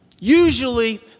Usually